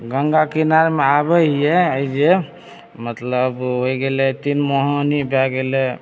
गङ्गा किनारमे आबे हिए एहिजे मतलब होइ गेलै तीन मोहानी भए गेलै